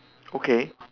okay